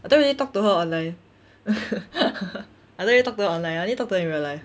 I don't really talk to her online I don't really talk to her online I only talk to her in real life